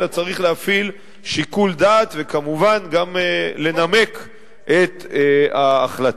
אלא צריך להפעיל שיקול דעת וכמובן גם לנמק את ההחלטה,